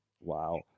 Wow